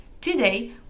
Today